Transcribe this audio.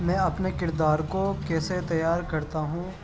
میں اپنے کردار کو کیسے تیار کرتا ہوں